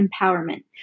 Empowerment